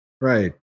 right